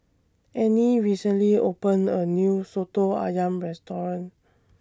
Annie recently opened A New Soto Ayam Restaurant